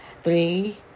Three